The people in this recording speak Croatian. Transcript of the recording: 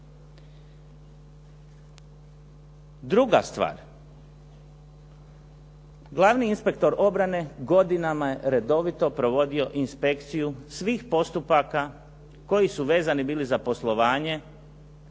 Druga stvar, glavni inspektor obrane godinama je redovito provodio inspekciju svih postupaka koji su vezani bili za poslovanje